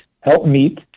helpmeet